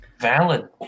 Valid